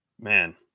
man